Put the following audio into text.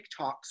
TikToks